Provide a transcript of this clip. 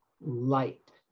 Light